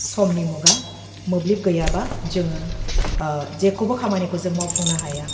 समनि मुगा मोब्लिब गैयाबा जोङो जेखौबो खामानिखौ जों मावफुंनो हाया